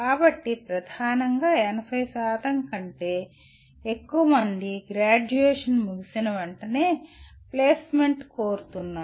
కాబట్టి ప్రధానంగా 80 కంటే ఎక్కువ మంది గ్రాడ్యుయేషన్ ముగిసిన వెంటనే ప్లేస్మెంట్ కోరుతున్నారు